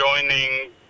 joining